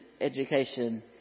education